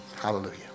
Hallelujah